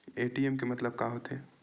ATM के मतलब का होथे?